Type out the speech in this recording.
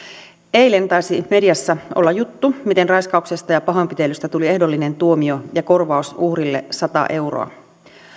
eilen taisi mediassa olla juttu miten raiskauksesta ja pahoinpitelystä tuli ehdollinen tuomio ja korvaus uhrille sata euroa